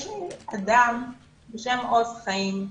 יש אדם בשם עוז חיים,